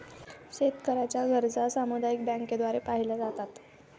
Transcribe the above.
शेतकऱ्यांच्या गरजा सामुदायिक बँकांद्वारे पाहिल्या जातात